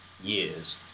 years